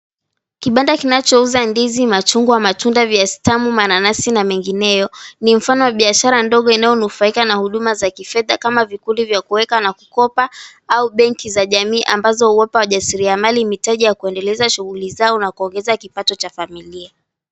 Kibanda kinachouza ndizi, machungwa, matunda, viazi tamu, mananasi na mengineyo ni mfano wa biashara ndogo inayonufaika na huduma za kifedha kama vikundi vya kuweka na kukopa, au benki za jamii, ambazo huwapa wajasiriamali mitaji ya kuendeleza shughuli zao na kuongeza kipato cha familia.